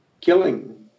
killing